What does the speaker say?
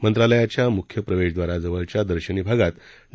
मंत्रालयाच्या मुख्य प्रवेशद्वाराजवळील दर्शनी भागात डॉ